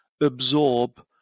absorb